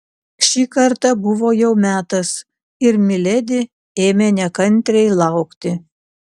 šį kartą buvo jau metas ir miledi ėmė nekantriai laukti